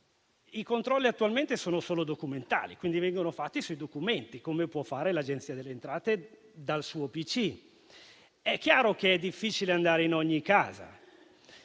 I controlli attualmente sono solo documentali, quindi vengono fatti sui documenti, come può fare l'Agenzia delle entrate dal suo pc. È chiaro che è difficile andare in ogni casa,